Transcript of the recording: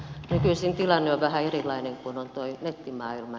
nykyisin tilanne on vähän erilainen kun on tuo nettimaailma